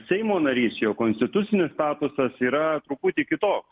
seimo narys jo konstitucinis statusas yra truputį kitok